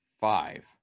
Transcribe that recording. five